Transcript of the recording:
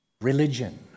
religion